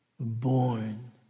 born